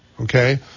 okay